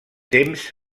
temps